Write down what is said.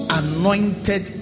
anointed